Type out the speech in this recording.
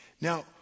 Now